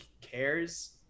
cares